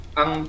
ang